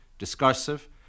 discursive